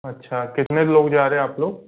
अच्छा कितने लोग जा रहे हैं आप लोग